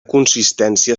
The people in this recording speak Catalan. consistència